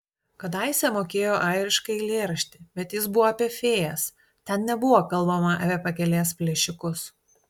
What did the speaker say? kadaise mokėjo airišką eilėraštį bet jis buvo apie fėjas ten nebuvo kalbama apie pakelės plėšikus